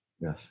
Yes